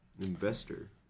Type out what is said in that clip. Investor